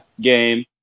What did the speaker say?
game